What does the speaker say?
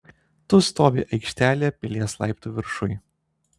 tu stovi aikštelėje pilies laiptų viršuj